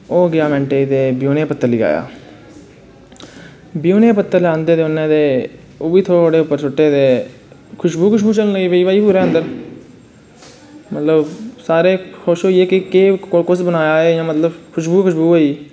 ओह् गेआ मैंटे च ते ब्यूनें दे पत्तर लेई आया ब्यूनें दे पत्तर लेआंदे उनैं ते ओह् बी थोह्ड़े तोह्ड़े उप्पर सुट्टे तेखशबू गै खशबू चलन लगी पेई पूरै अन्दर सारे खुश होई गे कि कुस बनाया एह् खशबू गै खशबू होई गेई